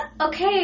okay